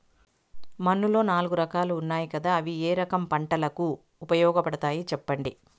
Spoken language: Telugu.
మన్నులో నాలుగు రకాలు ఉన్నాయి కదా అవి ఏ రకం పంటలకు ఉపయోగపడతాయి చెప్పండి?